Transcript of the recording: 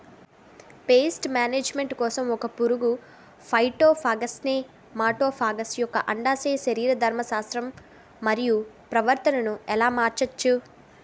Paste management కోసం ఒక పురుగు ఫైటోఫాగస్హె మటోఫాగస్ యెక్క అండాశయ శరీరధర్మ శాస్త్రం మరియు ప్రవర్తనను ఎలా మార్చచ్చు?